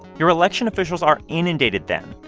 your election officials are inundated then,